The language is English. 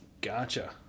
Gotcha